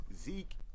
Zeke